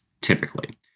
typically